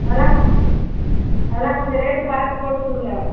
அதெலாம் கொ அதெலாம் கொஞ்சம் ரேட்டு பார்த்து போட்டுக் கொடுங்க